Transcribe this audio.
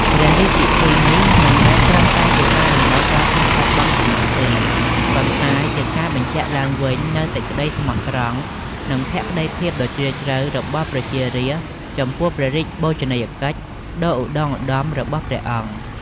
ព្រះរាជពិធីនេះមិនមែនត្រឹមតែជាការរំលឹកដល់ការបាត់បង់ប៉ុណ្ណោះទេ ប៉ុន្តែជាការបញ្ជាក់ឡើងវិញនូវសេចក្តីស្មោះត្រង់ និងភក្តីភាពដ៏ជ្រាលជ្រៅរបស់ប្រជារាស្ត្រចំពោះព្រះរាជបូជនីយកិច្ចដ៏ឧត្តុង្គឧត្តមរបស់ព្រះអង្គ។